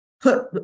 put